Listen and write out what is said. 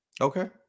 Okay